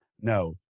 no